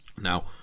now